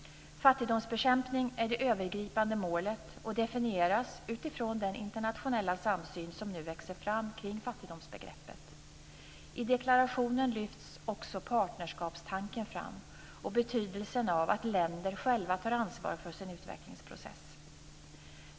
Fattigdomsbekämpning är det övergripande målet och definieras utifrån den internationella samsyn som nu växer fram kring fattigdomsbegreppet. I deklarationen lyfts också partnerskapstanken fram, liksom betydelsen av att länder själva tar ansvar för sin utvecklingsprocess.